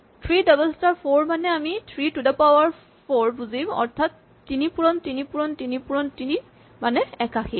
৩ double star ৪ মানে আমি ৩ to the power ৪ বুজিম অৰ্থাৎ ৩পূৰণ ৩ পূৰণ ৩ পূৰণ ৩ মানে ৮১